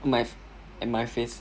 my my face